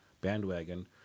bandwagon